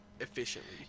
Efficiently